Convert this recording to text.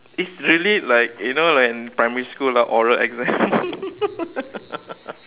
it's really like you know like in primary school ah oral exam